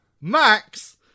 Max